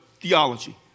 theology